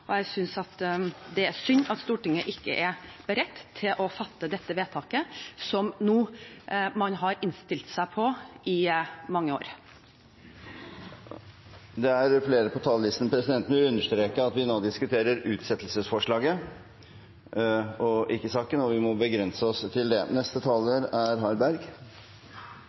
Jeg synes det er synd at Stortinget ikke er beredt til å fatte dette vedtaket som man nå har innstilt seg på i mange år. Det er flere på talerlisten. Presidenten vil understreke at vi nå diskuterer utsettelsesforslaget og ikke saken, og at vi må begrense oss til det. Jeg hører jo at det er